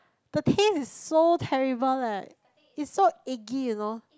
the taste is so terrible leh it's so eggy you know